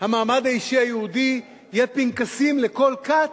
המעמד האישי היהודי, יהיו פנקסים לכל כת: